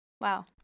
Wow